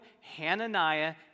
Hananiah